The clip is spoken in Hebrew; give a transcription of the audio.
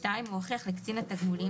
(2)הוא הוכיח לקצין תגמולים,